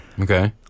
okay